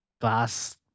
glass